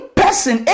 person